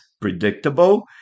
predictable